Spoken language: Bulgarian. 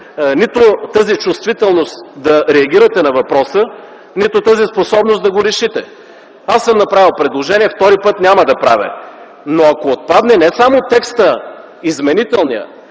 нито тази чувствителност да реагирате на въпроса, нито тази способност да го решите. Аз съм направил предложение, втори път няма да правя, но ако отпадне не само изменителният